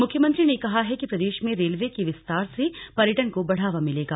मुख्यमंत्री ने कहा है कि प्रदेश में रेलवे के विस्तार से पर्यटन को बढ़ावा मिलेगा